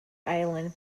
island